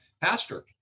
pastor